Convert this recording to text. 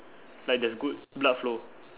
like there's good blood flow